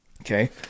Okay